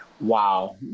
Wow